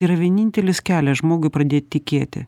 yra vienintelis kelias žmogui pradėt tikėti